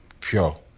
pure